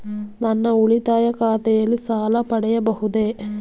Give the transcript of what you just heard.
ನನ್ನ ಉಳಿತಾಯ ಖಾತೆಯಲ್ಲಿ ಸಾಲ ಪಡೆಯಬಹುದೇ?